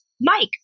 Mike